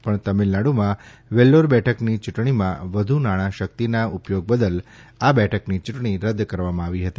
પણ તામીલનાડુમાં વેલ્લોર બેઠકની ચૂંટણીમાં વધુ નાણાં શેઠક્તના ઉપયોગ બદલ આ બેઠકની ચૂંટણી રદ કરવામાં આવી હતી